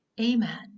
Amen